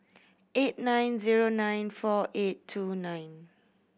eight nine zero nine four eight two nine